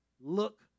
Look